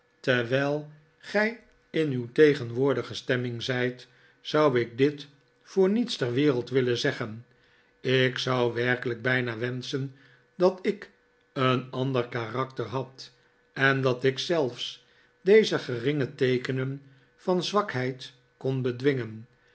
terwijl gij in uw tegenwoordige stemming zijt zou ik dit voor niets ter wereld willen zeggen ik zou werkelijk bijna wenschen dat ik een ander karakter had en dat ik zelfs deze geringe teekenen van zwakheid kon bedwingen